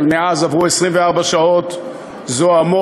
אבל מאז עברו 24 שעות זועמות,